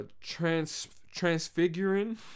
Transfiguring